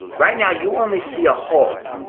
right now you only see a hole,